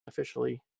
officially